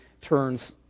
turns